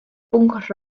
punk